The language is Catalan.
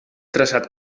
traçat